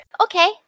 Okay